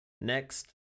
Next